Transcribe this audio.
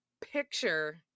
picture